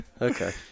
Okay